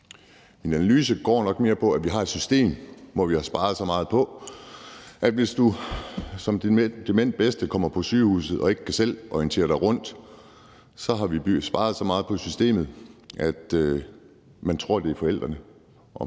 Min analyse går nok mere på, at vi har et system, som vi har sparet så meget på, at hvis du som dement bedste kommer på sygehuset og ikke selv kan orientere dig, er det børn og børnebørn, der skal ind og hjælpe forældre